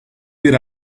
bir